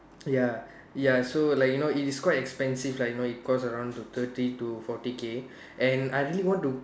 ya ya so like you know if it's quite expensive like you know it costs around to thirty to forty K and I really want to